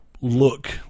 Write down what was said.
look